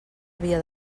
havia